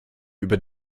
über